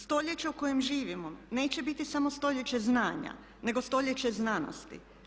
Stoljeće u kojem živimo neće biti samo stoljeće znanja nego stoljeće znanosti.